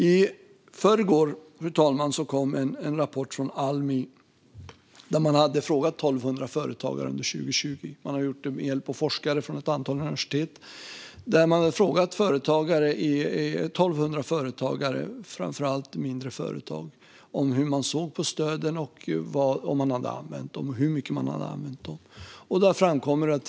I förrgår, fru talman, kom en rapport från Almi som gjorts med hjälp av forskare från ett antal universitet. Man hade frågat 1 200 företagare under 2020, framför allt i mindre företag, hur de såg på stöden, om de hade använt dem och hur mycket de i så fall hade använt dem.